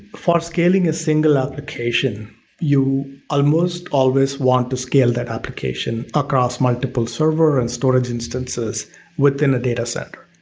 for scaling a single application you almost always want to scale that application across multiple servers and storage instances within a data center.